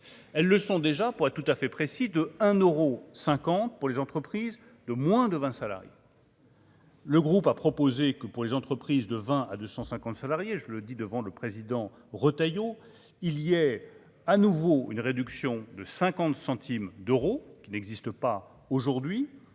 elles le sont déjà, pour être tout à fait précis de 1 euros 50 pour les entreprises de moins de 20 salariés. Le groupe a proposé que pour les entreprises de 20 à 250 salariés, je le dis devant le président Retailleau il y ait à nouveau une réduction de 50 centimes d'euros, qui n'existe pas aujourd'hui